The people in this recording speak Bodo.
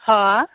हा